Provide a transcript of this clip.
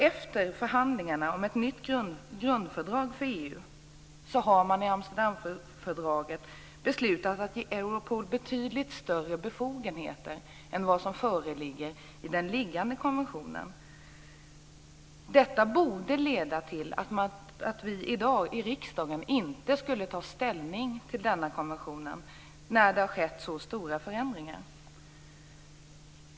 Efter förhandlingarna om ett nytt grundfördrag för EU har man i Amsterdamfördraget beslutat att ge Europol betydligt större befogenheter än vad som föreligger i den nuvarande konventionen. Detta borde leda till att vi i dag i riksdagen inte tog ställning till denna konvention, när det har skett så stora förändringar.